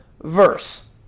Verse